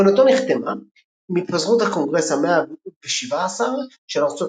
כהונתו נחתמה עם התפזרות הקונגרס ה-117 של ארצות